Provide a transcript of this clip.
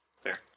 fair